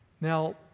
Now